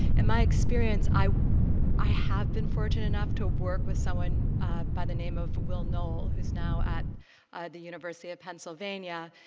and my experience, i i have been fortunate enough to work with someone by the name of will noel who's now at the university of pennsylvania.